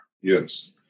yes